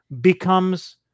becomes